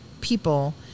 people